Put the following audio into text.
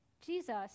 Jesus